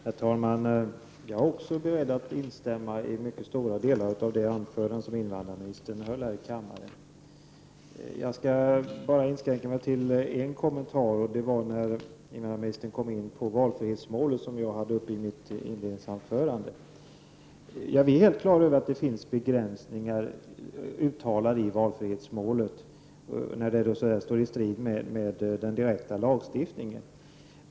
Herr talman! Jag är också beredd att instämma i mycket stora delar av det anförande som invandrarministern höll i kammaren. Jag skall inskränka mig till en kommentar som gäller valfrihetsmålet, som jag tog upp i mitt inledningsanförande. Vi är helt på det klara med att det finns begränsningar uttalade i valfrihetsmålet — när det står i direkt strid mot lagstiftningen.